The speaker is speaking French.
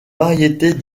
variétés